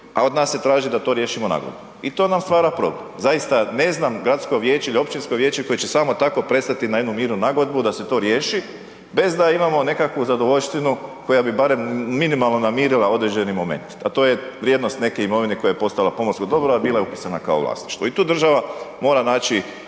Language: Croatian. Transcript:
a od nas se traži da to riješimo …/Govornik se ne razumije/… i to nam stvara problem, zaista ne znam gradsko vijeće ili općinsko vijeće koje će samo tako pristati na tako jednu mirnu nagodbu da se to riješi bez da imamo nekakvu zadovoljštinu koja bi barem minimalno namirila određeni moment, a to je vrijednost neke imovine koja je postala pomorsko dobro, a bila je upisana kao vlasništvo i tu država mora naći